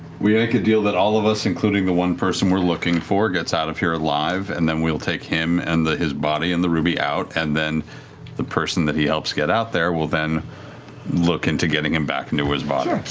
we make a deal that all of us, including the one person we're looking for, gets out of here alive, and then we'll take him and his body and the ruby out, and then the person that he helps get out there will then look into getting him back into his body. laura here,